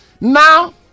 Now